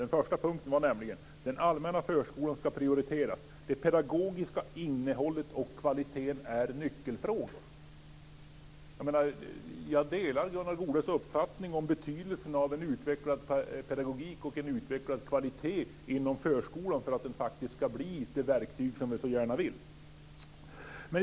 Den första punkten var nämligen: Den allmänna förskolan ska prioriteras. Det pedagogiska innehållet och kvaliteten är nyckelfrågor. Jag delar Gunnar Goudes uppfattning om betydelsen av en utvecklad pedagogik och en utvecklad kvalitet inom förskolan för att den ska bli det verktyg som vi så gärna vill att den ska bli.